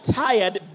tired